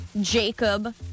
Jacob